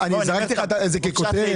זרקתי לך את זה ככותרת.